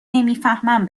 نمیفهمم